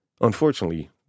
Unfortunately